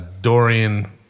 Dorian